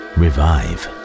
revive